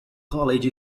college